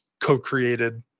co-created